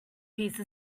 piece